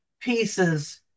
pieces